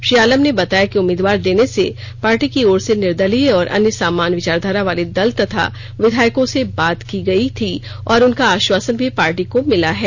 श्री आलम ने बताया कि उम्मीदवार देने से पार्टी की ओर से निर्दलीय और अन्य समान विचाराधारा वाले दल तथा विधायकों से बात की गयी थी और उनका आश्वासन भी पार्टी को मिला है